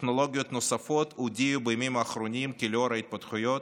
טכנולוגיות נוספות הודיעו בימים האחרונים כי לאור ההתפתחויות,